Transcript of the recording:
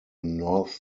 north